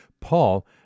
Paul